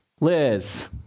Liz